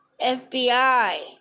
FBI